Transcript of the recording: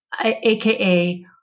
AKA